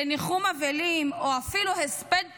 לניחום אבלים או אפילו הספד פומבי,